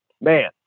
man